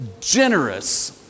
generous